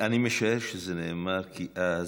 אני משער שזה נאמר כי אז,